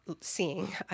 seeing